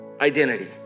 identity